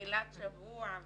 אני